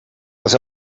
els